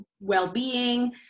well-being